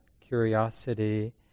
curiosity